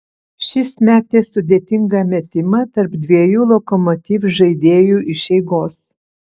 šis metė sudėtingą metimą tarp dviejų lokomotiv žaidėjų iš eigos